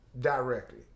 directly